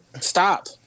Stop